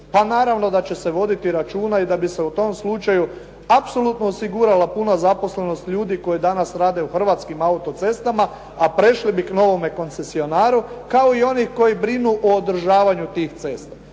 pa naravno da će se voditi računa i da bi se u tom slučaju apsolutno osigurala puna zaposlenost ljudi koji danas rade u Hrvatskim autocestama, a prešli bi k novome koncesionaru, kao i oni koji brinu o održavanju tih cesta.